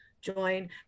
join